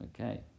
Okay